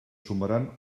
sumaran